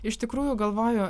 iš tikrųjų galvoju